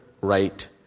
right